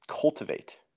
cultivate